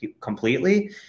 completely